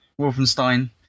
Wolfenstein